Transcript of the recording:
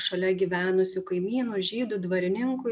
šalia gyvenusių kaimynų žydų dvarininkų